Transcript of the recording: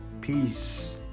peace